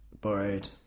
Borrowed